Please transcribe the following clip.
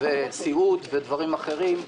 וסיעוד ודברים אחרים.